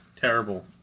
terrible